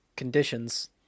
Conditions